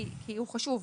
כי הוא חשוב.